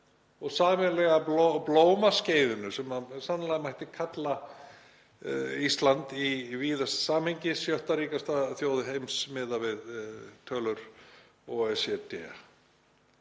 og sameiginlega blómaskeiðinu sem sannarlega mætti kalla Ísland í víðasta samhengi, sjöttu ríkustu þjóð heims miðað við tölur OECD.